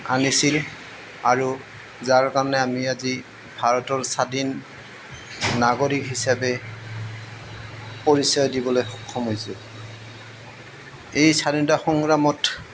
আনিছিল আৰু যাৰ কাৰণে আমি আজি ভাৰতৰ স্বাধীন নাগৰিক হিচাপে পৰিচয় দিবলৈ সক্ষম হৈছোঁ এই স্বাধীনতা সংগ্ৰামত